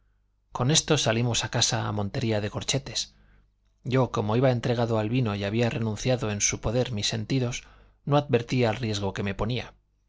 con esto salimos de casa a montería de corchetes yo como iba entregado al vino y había renunciado en su poder mis sentidos no advertí al riesgo que me ponía